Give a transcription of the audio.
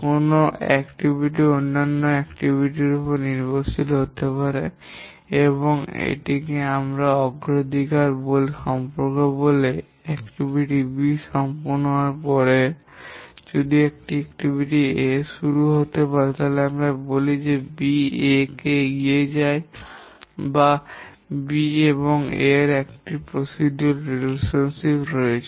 কোনও কার্যকলাপ অন্যান্য কার্যকলাপ র উপর নির্ভরশীল হতে পারে এবং এটিকে আমরা অগ্রাধিকারের সম্পর্ক বলে কিছু কার্যকলাপ B সম্পন্ন হওয়ার পরে যদি একটি কার্যকলাপ A শুরু হতে পারে তবে আমরা বলি যে B A কে এগিয়ে যায় বা B এবং A এর মধ্যে একটি অগ্রাধিকার সম্পর্ক রয়েছে